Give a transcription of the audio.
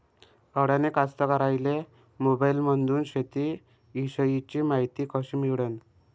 अडानी कास्तकाराइले मोबाईलमंदून शेती इषयीची मायती कशी मिळन?